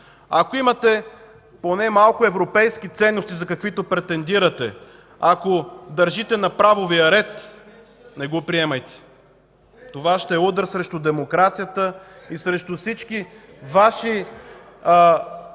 Ако имате поне малко европейски ценности, за каквито претендирате, ако държите на правовия ред, не го приемайте. Това ще е удар срещу демокрацията и срещу всички Ваши